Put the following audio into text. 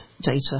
data